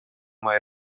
mai